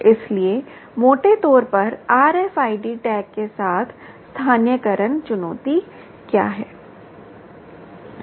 इसलिए मोटे तौर पर RFID टैग के साथ स्थानीयकरण चुनौती क्या है